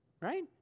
right